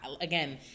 again